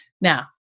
Now